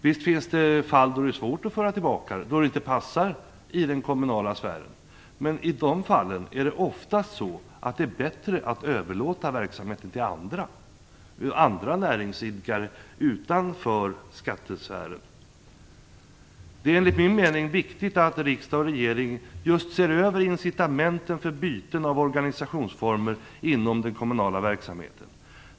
Visst finns det fall där det är svårt att föra tillbaka verksamhet, då den inte passar i den kommunala sfären, men i dessa fall kan det ofta vara bättre att överlåta verksamheten till andra näringsidkare utanför skattesfären. Det är enligt min mening viktigt att regering och riksdag ser över incitamenten för byten av organisationsformer inom den kommunala verksamheten.